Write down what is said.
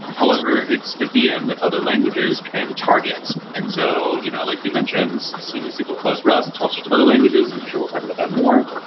however, it's a vm that other languages can target. and so you know like you mentioned, c, c plus plus, rust, all sorts sort of other languages. i'm sure we'll talk about that more.